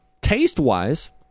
taste-wise